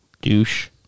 Douche